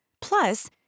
Plus